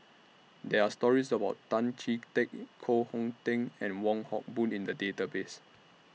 There Are stories about Tan Chee Teck Koh Hong Teng and Wong Hock Boon in The Database